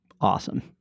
awesome